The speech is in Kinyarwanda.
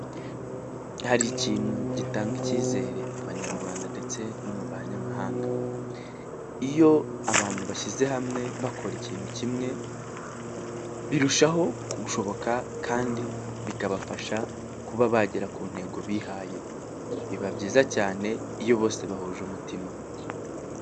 Hari ikintu gitanga icyizere mu banyarwanda ndetse no mu banyamahanga. Iyo abantu bashyize hamwe, bakora ikintu kimwe. Birushaho kuba byashoboka kandi bikabafasha kuba bagera ku ntego bihaye. Biba byiza cyane iyo bose bahuje umutima.